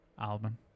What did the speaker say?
album